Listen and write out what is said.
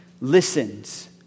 listens